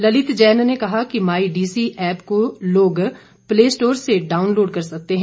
ललित जैन ने कहा कि माई डीसी ऐप्प को लोग प्ले स्टोर से डाउनलोड कर सकते हैं